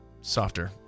softer